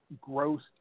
gross